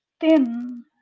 thin